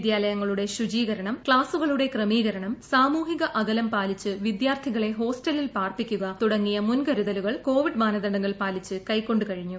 വിദ്യാലയങ്ങളുടെ ശുചീകരണം ക്ലാസുകളുടെ ക്രമീകരണം സാമൂഹിക അകലം പാലിച്ച് വിദ്യാർത്ഥികളെ ഹോസ്റ്റലിൽ പാർപ്പിക്കുക തുടങ്ങിയ മുൻകരുതലുകൾ കോവിഡ് മാനദണ്ഡങ്ങൾ പാലിച്ച് കൈക്കൊണ്ടു കഴിഞ്ഞു